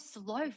slow